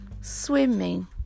swimming